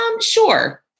Sure